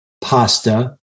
pasta